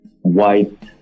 white